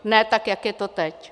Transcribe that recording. Ne tak, jak je to teď.